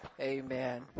Amen